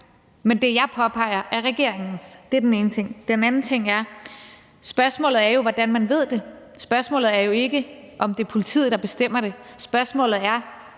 men det, jeg påpeger, er regeringens. Det er den ene ting. Den anden ting er, at spørgsmålet jo er, hvordan man ved det. Spørgsmålet er jo ikke, om det er politiet, der bestemmer det. Spørgsmålet er,